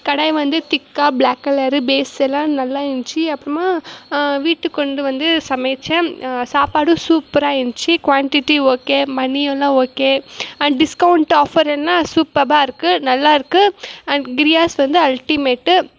கடாய் வந்து திக்காக black colour base எல்லாம் நல்லா இருந்துச்சி அப்புறமா வீட்டுக்குக் கொண்டுவந்து சமைத்தேன் சாப்பாடும் சூப்பராக இருந்துச்சி க்வான்டிட்டி ஓக்கே மணி எல்லாம் ஓக்கே அண்ட் டிஸ்கௌண்ட் ஆஃபருன்னா சூப்பர்பாக இருக்குது நல்லா இருக்குது அண்ட் கிரியாஸ் வந்து அல்ட்டிமேட்டு